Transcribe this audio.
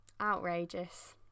Outrageous